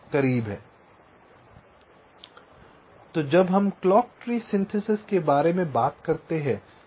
तो जब हम क्लॉक ट्री सिंथेसिस के बारे में बात करते हैं